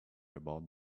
about